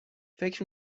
فکر